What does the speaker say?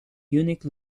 unique